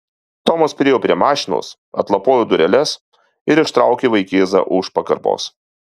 tomas priėjo prie mašinos atlapojo dureles ir ištraukė vaikėzą už pakarpos